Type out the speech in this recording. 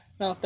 no